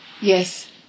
Yes